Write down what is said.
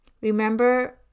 remember